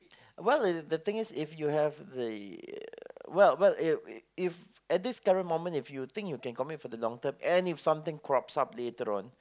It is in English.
well the thing is if you have the well well if if at this current moment if you think you can commit for the long term and if something crops up later on